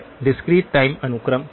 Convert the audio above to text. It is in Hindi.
डिस्क्रीट टाइम अनुक्रम के लिए